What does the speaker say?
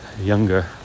younger